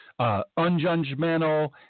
unjudgmental